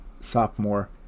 sophomore